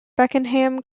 beckenham